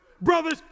Brothers